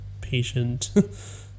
patient